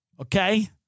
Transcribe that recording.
Okay